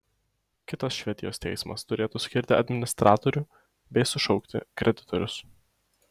kitas švedijos teismas turėtų skirti administratorių bei sušaukti kreditorius